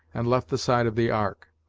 and left the side of the ark.